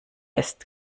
ist